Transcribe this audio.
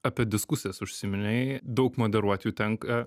apie diskusijas užsiminei daug moderuot jų tenka